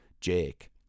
Jake